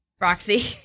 Roxy